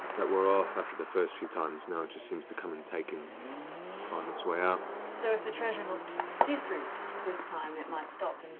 that wore off after the first few times. now it just seems to come and take and find its way out. laura so if the treasure looked different this time, it might stop